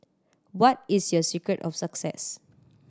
what is your secret of success